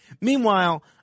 Meanwhile